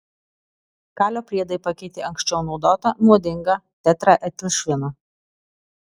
kalio priedai pakeitė anksčiau naudotą nuodingą tetraetilšviną